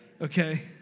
Okay